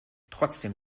trotzdem